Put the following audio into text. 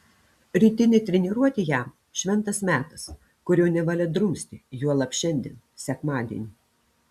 rytinė treniruotė jam šventas metas kurio nevalia drumsti juolab šiandien sekmadienį